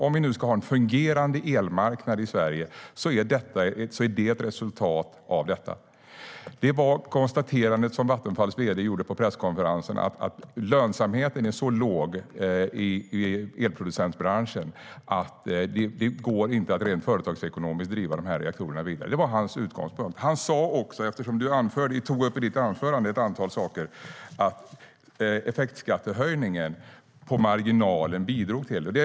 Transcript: Om vi nu ska ha en fungerande elmarknad i Sverige är detta resultatet. Han sa också - eftersom Cecilie Tenfjord-Toftby tog upp ett antal saker i sitt anförande - att effektskattehöjningen bidrog på marginalen.